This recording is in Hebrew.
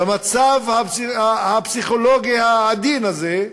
במצב הפסיכולוגי העדין הזה,